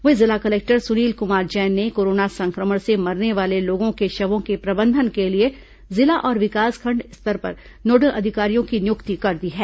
वहीं जिला कलेक्टर सुनील कुमार जैन ने कोरोना संक्रमण से मरने वाले लोगों के शवों के प्रबंधन के लिए जिला और विकासखंड स्तर पर नोडल अधिकारियों की नियुक्ति कर दी है